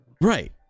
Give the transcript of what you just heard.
Right